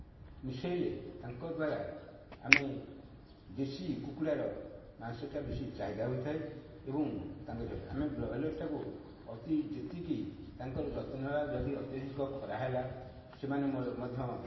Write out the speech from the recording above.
ମିସେଇଲେ ତାଙ୍କ ଦ୍ୱାରା ଆମେ ଦେଶୀ କୁକୁଡ଼ାର ମାଂସଟା ବେଶୀ ଚାହିଦା ହୋଇଥାଏ ଏବଂ ତାଙ୍କର ଆମେ ବ୍ରଏଲର ଟାକୁ ଅତି ଯେତିକି ତାଙ୍କର ଯତ୍ନ ନେବା ଯଦି ଅତ୍ୟାଧିକ ଖରା ହେଲା ସେମାନେ ମଧ୍ୟ